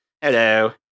Hello